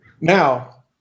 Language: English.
Now